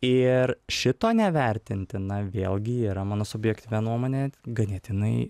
ir šito nevertinti na vėlgi yra mano subjektyvia nuomone ganėtinai